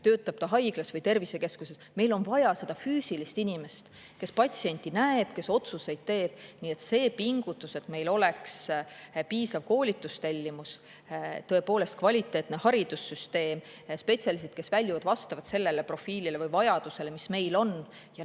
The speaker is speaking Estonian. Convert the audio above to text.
töötab ta haiglas või tervisekeskuses – meil on vaja seda füüsilist inimest, kes patsienti näeb, kes otsuseid teeb. Nii et see pingutus, et meil oleks piisav koolitustellimus, tõepoolest kvaliteetne haridussüsteem, spetsialistid, kes väljuvad vastavalt sellele profiilile või vajadusele, mis meil on, ja